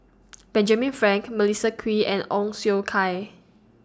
Benjamin Frank Melissa Kwee and Ong Siong Kai